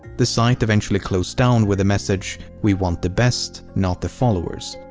the site eventually closed down with the message we want the best, not the followers.